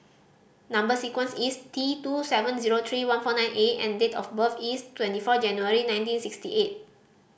number sequence is T two seven zero three one four nine A and date of birth is twenty four January nineteen sixty eight